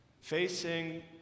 facing